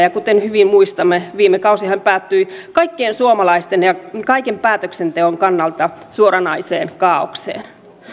ja kuten hyvin muistamme viime kausihan päättyi kaikkien suomalaisten ja kaiken päätöksenteon kannalta suoranaiseen kaaokseen